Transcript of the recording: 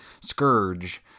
Scourge